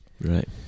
Right